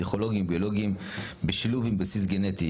פסיכולוגיים וביולוגיים בשילוב בסיס גנטי.